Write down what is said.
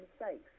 mistakes